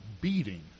beating